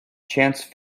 chance